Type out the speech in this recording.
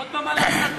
עוד במה להסתה?